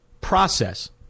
process